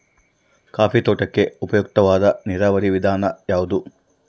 Coffee ತೋಟಕ್ಕೆ ಉಪಯುಕ್ತವಾದ ನೇರಾವರಿ ವಿಧಾನ ಯಾವುದು?